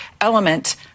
element